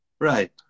Right